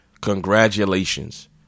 Congratulations